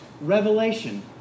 revelation